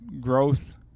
growth